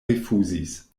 rifuzis